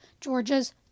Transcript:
Georgia's